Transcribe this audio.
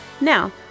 Now